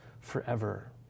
forever